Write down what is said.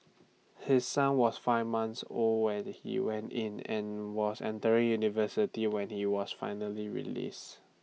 his son was five months old when he went in and was entering university when he was finally released